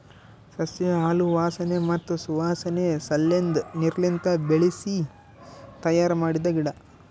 ಸಸ್ಯ ಹಾಲು ವಾಸನೆ ಮತ್ತ್ ಸುವಾಸನೆ ಸಲೆಂದ್ ನೀರ್ಲಿಂತ ಬೆಳಿಸಿ ತಯ್ಯಾರ ಮಾಡಿದ್ದ ಗಿಡ